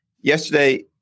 Yesterday